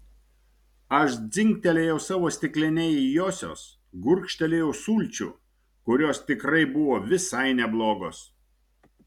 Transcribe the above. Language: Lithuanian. aš dzingtelėjau savo stikline į josios gurkštelėjau sulčių kurios tikrai buvo visai neblogos